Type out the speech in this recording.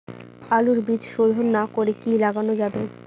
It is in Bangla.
আলুর বীজ শোধন না করে কি লাগানো যাবে?